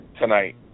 tonight